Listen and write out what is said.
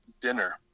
dinner